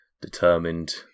Determined